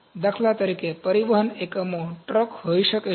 દાખલા તરીકે પરિવહન એકમો ટ્રક હોઈ શકે છે